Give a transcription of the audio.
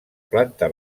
planta